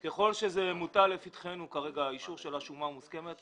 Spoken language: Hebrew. ככל שהאישור של השומה המוסכמת מוטל לפתחנו,